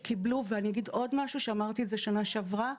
ואני אגיד עוד משהו, שאמרתי את זה בשנה שעברה: